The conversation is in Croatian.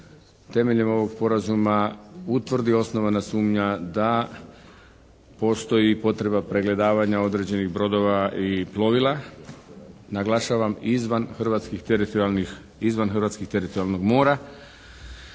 temeljem ovog sporazuma utvrdi osnovana sumnja da postoji potreba pregledavanja određenih brodova i plovila, naglašavam izvan hrvatskih teritorijalnih, izvan